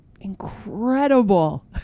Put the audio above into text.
incredible